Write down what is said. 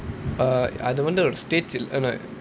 err அது வந்து ஒரு:athu vanthu oru stage அதான்:athaan